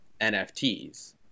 NFTs